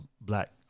black